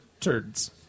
turds